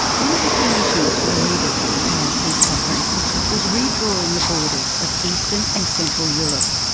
one of the key issues for the leaders at the paris peace conference was redrawing the borders of eastern and central europe.